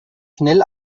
schnell